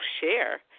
share